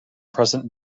present